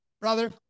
brother